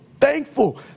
thankful